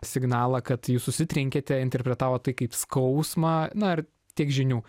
signalą kad jūs susitrenkėte interpretavo tai kaip skausmą na ir tiek žinių